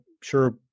sure